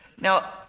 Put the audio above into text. Now